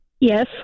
Yes